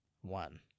one